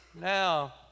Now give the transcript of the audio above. Now